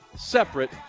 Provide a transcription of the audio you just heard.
separate